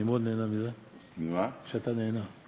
אני נהנה מאוד מזה שאתה נהנה.